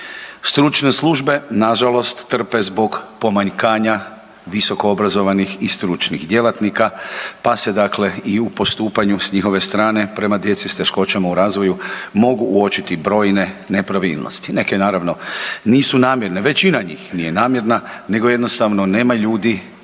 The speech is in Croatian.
Stručne službe nažalost trpe zbog pomanjkanja visokoobrazovanih i stručnih djelatnika pa se dakle i u postupanju s njihove strane prema djeci s teškoćama u razvoju mogu uočiti brojne nepravilnosti. Neke naravno nisu namjerne, većina njih nije namjerna nego jednostavno nema ljudi,